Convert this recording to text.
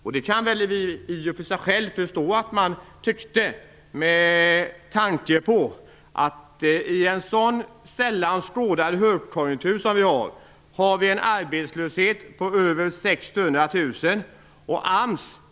Jag kan väl i och för sig förstå det, med tanke på att vi i en så sällan skådad högkonjunktur som den vi nu är inne i har över 600 000 arbetslösa.